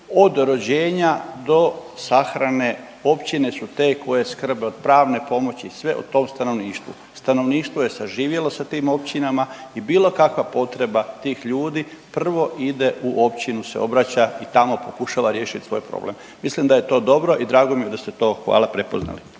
od rođenja do sahrane, općine su te koje skrbe od pravne pomoći sve o tom stanovništvu, stanovništvo je saživjelo sa tim općinama i bilo kakva potreba tih ljudi prvo ide u općinu se obraća i tamo pokušava riješit svoj problem. Mislim da je to dobro i drago mi je da ste to, hvala, prepoznali.